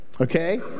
Okay